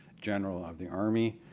general ah of the army,